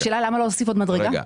השאלה למה לא להוסיף עוד מדרגה.